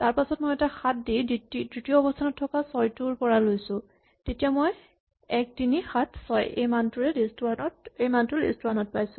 তাৰপাছত মই এটা ৭ দি তৃতীয় অৱস্হানত থকা ৬ টোৰ পৰা লৈছো তেতিয়াও মই 1376 মানটোৱেই লিষ্ট ৱান ত পাইছো